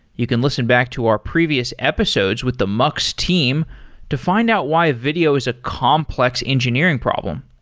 you can listen back to our previous episodes with the mux team to find out why video is a complex engineering problem.